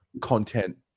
content